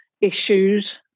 issues